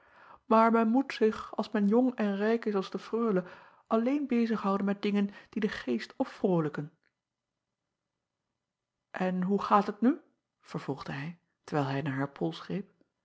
men moet zich als men jong en rijk is als de reule alleen bezig houden met dingen die den geest opvrolijken n hoe gaat het nu vervolgde hij terwijl hij naar